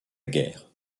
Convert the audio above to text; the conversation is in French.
guerre